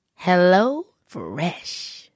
HelloFresh